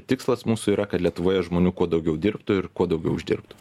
tikslas mūsų yra kad lietuvoje žmonių kuo daugiau dirbtų ir kuo daugiau uždirbtų